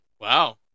Wow